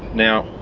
now,